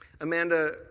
Amanda